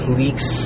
leaks